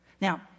Now